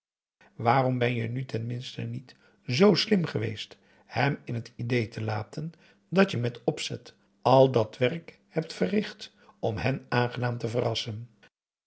waarom ben je nu ten minste niet z slim geweest hem in t idée te laten dat je met opzet al dat werk hebt verricht om hem aangenaam te verrassen